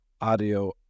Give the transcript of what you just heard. audio